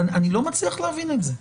אני לא מצליח להבין את זה.